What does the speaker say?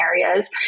areas